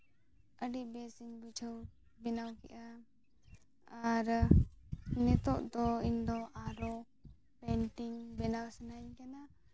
ᱟᱹᱰᱤ ᱵᱮᱥᱤᱧ ᱵᱩᱡᱷᱟᱹᱣ ᱵᱮᱱᱟᱣ ᱠᱮᱫᱼᱟ ᱟᱨ ᱱᱤᱛᱚᱜ ᱫᱚ ᱤᱧᱫᱚ ᱟᱨᱚ ᱯᱮᱱᱴᱤᱝ ᱵᱮᱱᱟᱣ ᱥᱟᱱᱟᱧ ᱠᱟᱱᱟ